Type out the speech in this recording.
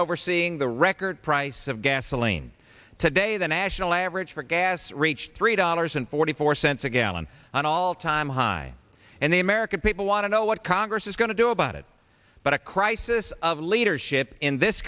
overseeing the record price of gasoline today the national average for gas rates three dollars and forty four cents a gallon on all time high and the american people want to know what congress is going to do about it but a crisis of leadership in this